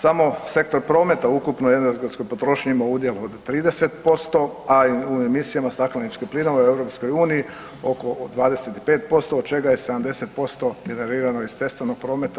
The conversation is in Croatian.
Samo sektor prometa u ukupnoj energetskoj potrošnji ima udjel od 30%, a u emisijama stakleničkih plinova u EU oko 25% od čega je 70% generirano iz cestovnog prometa.